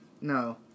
No